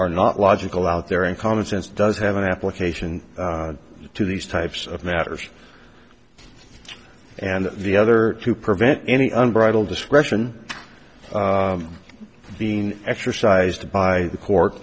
are not logical out there and common sense does have an application to these types of matters and the other to prevent any unbridled discretion being exercised by the court